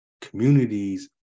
communities